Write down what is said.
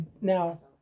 Now